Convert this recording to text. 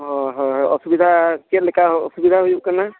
ᱦᱳᱭ ᱦᱳᱭ ᱚᱥᱩᱵᱤᱫᱟ ᱪᱮᱫᱞᱮᱠᱟ ᱚᱥᱩᱵᱤᱫᱟ ᱦᱩᱭᱩᱜ ᱠᱟᱱᱟ